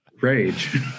rage